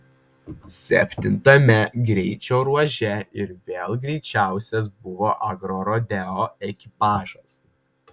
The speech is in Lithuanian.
septintame greičio ruože ir vėl greičiausias buvo agrorodeo ekipažas